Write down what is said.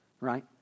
Right